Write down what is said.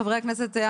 חברי הכנסת,